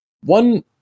one